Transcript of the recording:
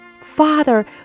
Father